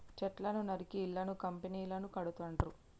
చెట్లను నరికి ఇళ్లను కంపెనీలను కడుతాండ్రు